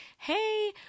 Hey